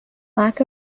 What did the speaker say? lack